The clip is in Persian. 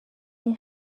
این